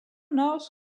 north